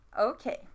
okay